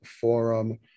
forum